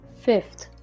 Fifth